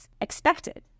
expected